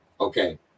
Okay